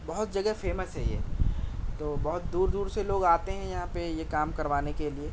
بہت جگہ فیمس ہے یہ تو بہت دور دور سے لوگ آتے ہیں یہاں پہ یہ کام کروانے کے لئے